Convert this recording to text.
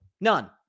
None